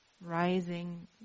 rising